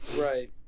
Right